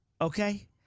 okay